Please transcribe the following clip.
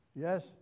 Yes